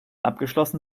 abgeschlossen